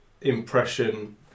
impression